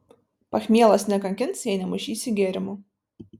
pachmielas nekankins jei nemaišysi gėrimų